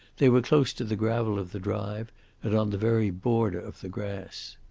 they were close to the gravel of the drive and on the very border of the grass.